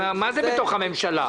מה זה "בתוך הממשלה"?